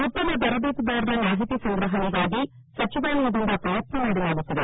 ಉತ್ತಮ ತರಬೇತುದಾರರ ಮಾಹಿತಿ ಸಂಗ್ರಹಣೆಗಾಗಿ ಸಚಿವಾಲಯದಿಂದ ಪ್ರಯತ್ನ ಮಾಡಲಾಗುತ್ತಿದೆ